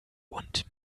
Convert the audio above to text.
und